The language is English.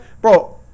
Bro